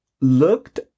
looked